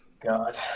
God